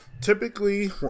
typically